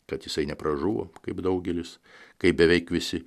kad jisai nepražuvo kaip daugelis kaip beveik visi